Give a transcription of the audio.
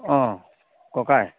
অঁ ককাই